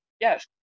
yes